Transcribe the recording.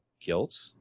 guilt